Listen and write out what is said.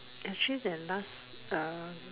actually their last um